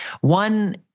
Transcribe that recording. One